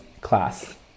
class